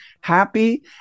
happy